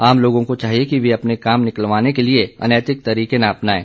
आम लोगों को चाहिए कि वे अपने काम निकलवाने के लिए अनैतिक तरीके न अपनाएं